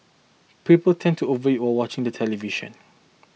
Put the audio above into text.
people tend to overeat while watching the television